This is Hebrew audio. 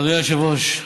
אדוני היושב-ראש,